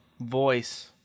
Voice